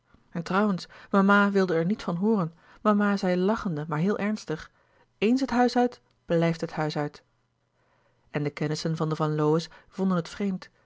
en trouwens mama wilde er niet van hooren mama zei lachende maar heel ernstig eens het huis uit blijft het huis uit en de kennissen van de van lowe's vonden het vreemd